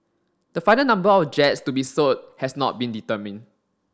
the final number of jets to be sold has not been determined